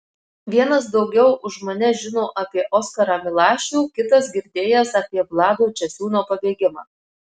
vienas daugiau už mane žino apie oskarą milašių kitas girdėjęs apie vlado česiūno pabėgimą